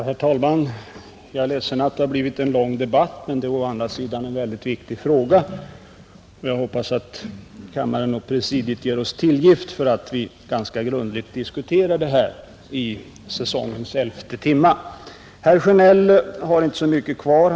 Herr talman! Jag är ledsen över att det har blivit en så lång debatt, men det är å andra sidan en väldigt viktig fråga. Jag hoppas därför att kammaren och presidiet ger oss tillgift för att vi ganska grundligt av företagsdemokratiska principer inom den statliga verksamheten diskuterar den i säsongens elfte timme.